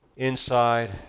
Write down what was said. inside